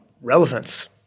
relevance